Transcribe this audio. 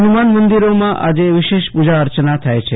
હનુમાન મંદિરોમાં આજે વિશેષ પુજા અર્ચના થાય છે